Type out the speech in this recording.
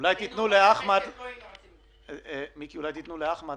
רשויות מקומיות המשויכות לאשכולות